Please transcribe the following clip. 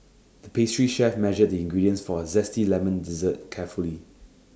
the pastry chef measured the ingredients for A Zesty Lemon Dessert carefully